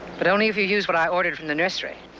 but only if you use what i ordered from the nursery.